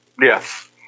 Yes